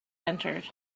entered